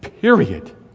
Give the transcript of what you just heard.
Period